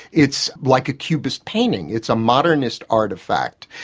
it's like a cubist painting it's a modernist artefact,